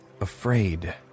afraid